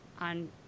on